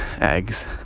eggs